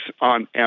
on